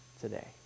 today